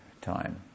time